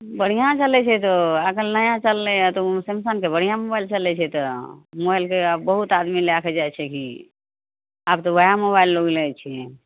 बढ़िआँ चलय छै तो एखन नया चललय यऽ तऽ सैमसंगके बढ़िआँ मोबाइल चलय छै तऽ मोबाइलके आब बहुत आदमी लएके जाइ छै की आब तऽ ओएह मोबाइल लोग लै छै